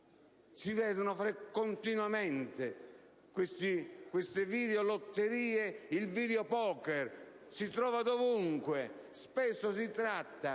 si vedono continuamente videolotterie; il *videopoker* si trova ovunque. Spesso si tratta